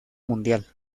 mundial